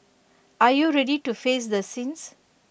are you ready to face the sins